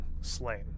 slain